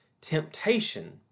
temptation